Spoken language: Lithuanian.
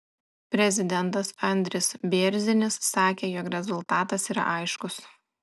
prezidentas andris bėrzinis sakė jog rezultatas yra aiškus